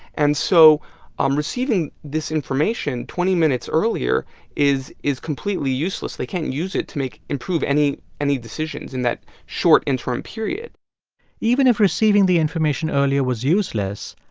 and so um receiving this information twenty minutes earlier is is completely useless. they can't use it to make improve any any decisions in that short interim period even if receiving the information earlier was useless,